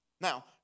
Now